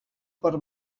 per